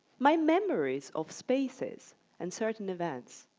my memories of spaces and certain events,